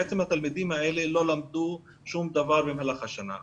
בעצם התלמידים האלה לא למדו שום דבר במהלך השנה.